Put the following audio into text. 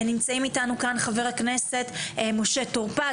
נמצאים איתנו כאן חבר הכנסת משה טור-פז,